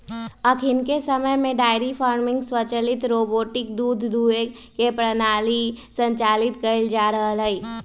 अखनिके समय में डेयरी फार्मिंग स्वचालित रोबोटिक दूध दूहे के प्रणाली संचालित कएल जा रहल हइ